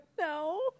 no